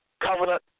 covenant